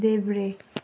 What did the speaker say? देब्रे